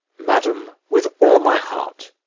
madam, with all my heart.